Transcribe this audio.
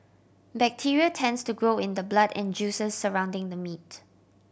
bacteria tends to grow in the blood and juices surrounding the meat